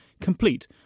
complete